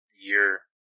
year